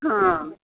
हां